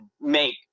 make